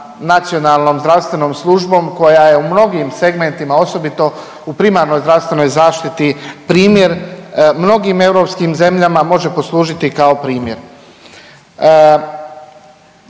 nacionalnom zdravstvenom službo koja je u mnogim segmentima osobito u primarnoj zdravstvenoj zaštiti primjer mnogim europskim zemljama može poslužiti kao primjer.